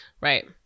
Right